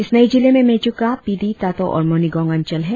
इस नए जिले में मेचुका पीदी तातो और मोनीगोंग अंचल है